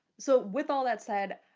so with all that said